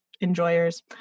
enjoyers